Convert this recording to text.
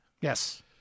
Yes